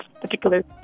particular